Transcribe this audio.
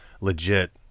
legit